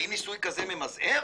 האם ניסוי כזה ממזער?